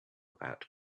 about